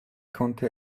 konnte